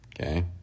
Okay